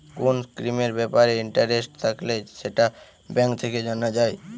কোন স্কিমের ব্যাপারে ইন্টারেস্ট থাকলে সেটা ব্যাঙ্ক থেকে জানা যায়